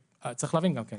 צריך להבין גם כן,